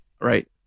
right